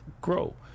grow